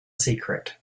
secret